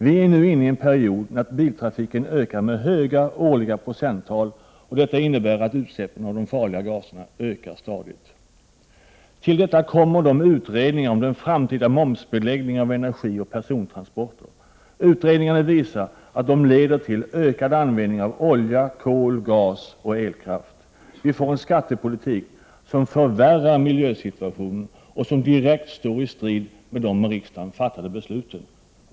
Vi är nu inne i en period när biltrafiken ökar med höga årliga procenttal, vilket innebär att utsläppen av de farliga gaserna stadigt ökar. Till detta kommer utredningar om en framtida momsbeläggning av energi och persontransporter. Utredningarna visar att detta leder till ökad användning av olja, kol, gas och elkraft. Vi får en skattepolitik som förvärrar miljösituationen och som direkt står i strid med de av riksdagen fattade besluten.